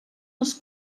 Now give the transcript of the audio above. les